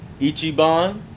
Ichiban